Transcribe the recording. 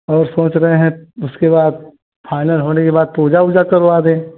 और सोच रहे हैं उसके बाद फाइनल होने के बाद पूजा वूजा करवा दें